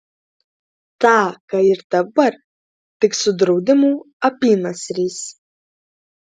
tą ką ir dabar tik su draudimų apynasriais